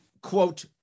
quote